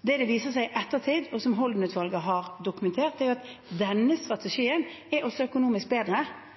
Det som har vist seg i ettertid, og som Holden-utvalget har dokumentert, er at denne strategien også er økonomisk bedre.